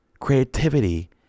creativity